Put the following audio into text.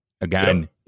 Again